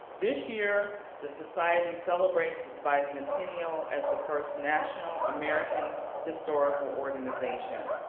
this year the society and celebrates its bicentennial as the first national american historical organization.